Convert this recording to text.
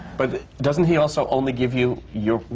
but doesn't he also only give you your